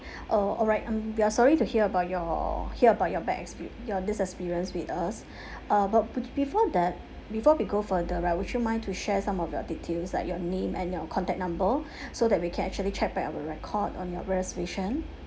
oh alright um we are sorry to hear about your hear about your bad expe~ your this experience with us uh but be~ before that before we go further right would you mind to share some of your details like your name and your contact number so that we can actually check back our record on your reservation